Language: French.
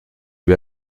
lui